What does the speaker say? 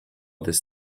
this